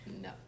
No